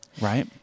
Right